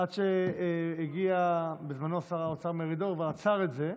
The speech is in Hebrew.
עד שהגיע בזמנו שר האוצר מרידור ועצר את זה,